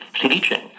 teaching